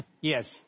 Yes